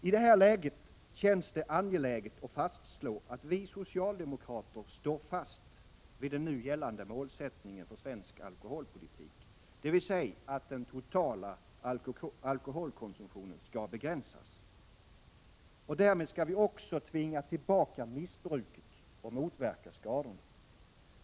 I den här situationen känns det angeläget att fastslå att vi socialdemokrater står fast vid den nu gällande målsättningen för svensk alkoholpolitik, dvs. att den totala :lkoholkonsumtionen skall begränsas. Därmed skall vi också tvinga tillbaka missbruket och motverka skadorna.